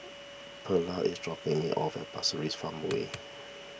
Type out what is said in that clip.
Perla is dropping me off at Pasir Ris Farmway